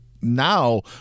now